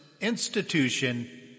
institution